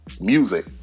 music